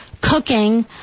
cooking